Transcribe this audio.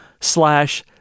slash